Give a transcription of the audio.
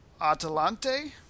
Atalante